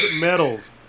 medals